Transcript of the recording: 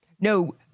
No